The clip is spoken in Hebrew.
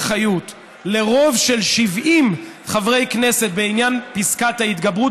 חיות לרוב של 70 חברי כנסת בעניין פסקת ההתגברות,